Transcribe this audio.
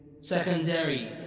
secondary